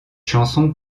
chanson